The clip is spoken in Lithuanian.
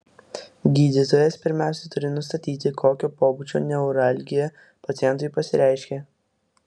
gydytojas pirmiausia turi nustatyti kokio pobūdžio neuralgija pacientui pasireiškia